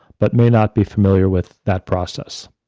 but may not be familiar with that process.